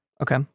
Okay